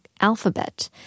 alphabet